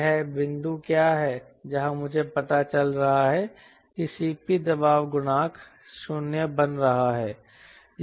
वह बिंदु क्या है जहाँ मुझे पता चल रहा है कि Cp दबाव गुणांक 0 बन रहा है